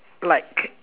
like